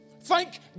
Thank